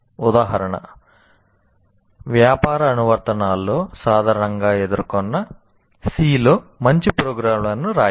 ఉదాహరణ "వ్యాపార అనువర్తనాల్లో సాధారణంగా ఎదుర్కొన్న C లో మంచి ప్రోగ్రామ్లను రాయండి